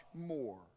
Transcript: more